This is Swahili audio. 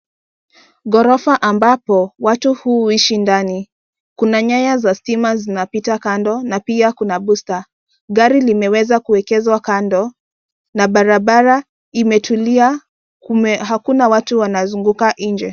Ghorofa ambapo watu huishi ndani. Kuna nyaya za stima zinapita kando na pia kuna booster . Gari limeweza kuekezwa kando na barabara imetulia, hakuna watu wanazunguka nje.